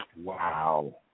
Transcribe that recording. Wow